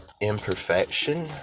imperfection